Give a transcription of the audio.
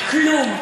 כלום.